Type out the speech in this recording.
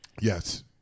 Yes